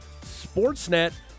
Sportsnet